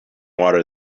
water